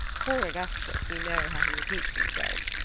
poor augustus, you know how he repeats himself.